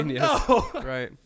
right